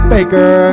Baker